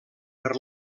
per